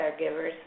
caregivers